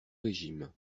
régime